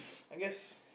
I guess